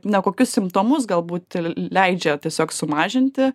na kokius simptomus galbūt leidžia tiesiog sumažinti